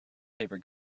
paper